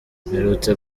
mperutse